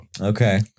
Okay